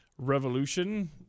Revolution